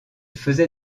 faisait